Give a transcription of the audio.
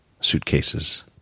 suitcases